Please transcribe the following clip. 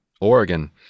Oregon